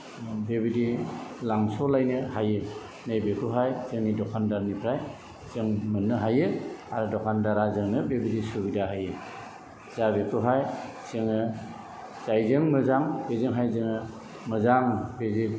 बेबायदि लांस'लायनो हायो नैबेखौहाय जोंनि दखान्दारनिफ्राय जों मोन्नो हायो आरो दखान्दारा जोंनो बेबायदि सुबिदा होयो जा बेखौहाय जोङो जायजों मोजां बेजोंहाय जोङो मोजां बेदि